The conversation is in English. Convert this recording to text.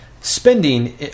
spending